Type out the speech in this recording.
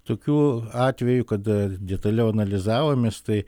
tokių atvejų kada detaliau analizavomės tai